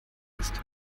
ist